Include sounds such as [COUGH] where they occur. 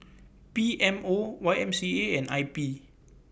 P M O Y M C A and [NOISE] I P